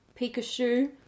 pikachu